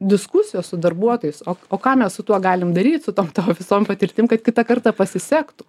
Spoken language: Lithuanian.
diskusijos su darbuotojais o o ką mes su tuo galim daryt su tom tavo visom patirtim kad kitą kartą pasisektų